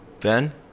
Ben